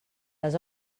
les